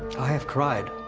i have cried.